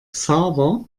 xaver